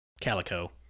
calico